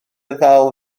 ddal